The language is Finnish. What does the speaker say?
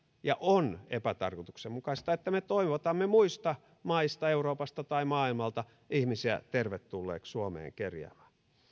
ja on epätarkoituksenmukaista että me toivotamme muista maista euroopasta tai maailmalta ihmisiä tervetulleiksi suomeen kerjäämään